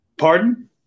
pardon